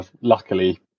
luckily